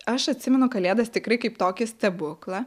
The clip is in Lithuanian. aš atsimenu kalėdas tikrai kaip tokį stebuklą